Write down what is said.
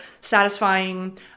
satisfying